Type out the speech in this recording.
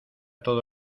todo